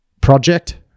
project